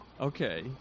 Okay